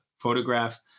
photograph